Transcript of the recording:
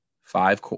five